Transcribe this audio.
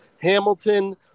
hamilton